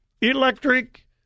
electric